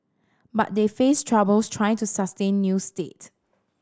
but they face troubles trying to sustain new state